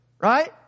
Right